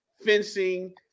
fencing